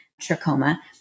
trachoma